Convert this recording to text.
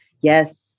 yes